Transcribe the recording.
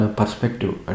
perspective